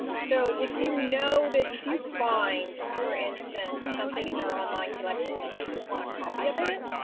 so if you know that if you find, for instance, something in their online collection and you just want a copy of it,